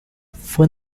fue